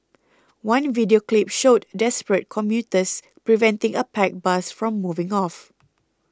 one video clip showed desperate commuters preventing a packed bus from moving off